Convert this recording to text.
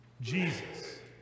Jesus